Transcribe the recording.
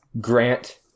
Grant